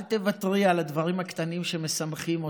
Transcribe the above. אל תוותרי על הדברים הקטנים שמשמחים אותך,